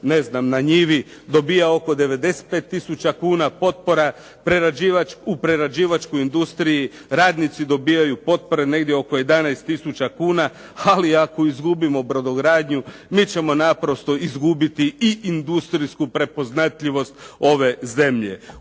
ne znam na njivi, dobiva oko 95 tisuća kuna potpora, prerađivač u prerađivačkoj industriji, radnici dobivaju potpore negdje oko 11 tisuća kuna, ali ako izgubimo brodogradnju mi ćemo naprosto izgubiti i industrijsku prepoznatljivost ove zemlje.